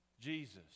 Jesus